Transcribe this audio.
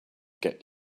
get